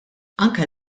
anke